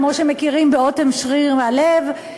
כמו שמכירים באוטם שריר הלב,